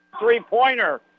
three-pointer